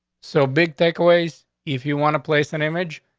so big takeaways. if you want to place an image,